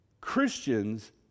Christians